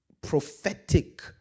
prophetic